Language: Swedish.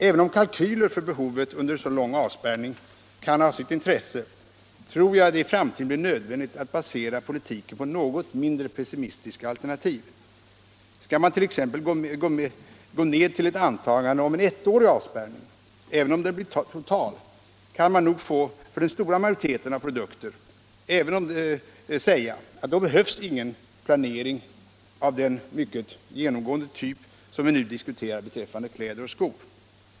Även om kalkyler för behovet under en så lång avspärrning kan ha sitt intresse tror jag att det i framtiden blir nödvändigt att basera politiken på något mindre pessimistiska alternativ. Skall man t.ex. gå ned till ett antagande om en ettårig avspärrning kan man nog för den stora majoriteten av produkter säga, att - även om avspärrningen blir total — behövs ingen planering av den mycket genomgående typ som vi nu diskuterar beträffande kläder och skor.